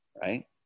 right